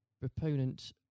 proponent